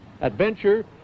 adventure